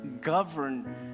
govern